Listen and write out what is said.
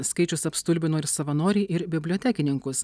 skaičius apstulbino ir savanorį ir bibliotekininkus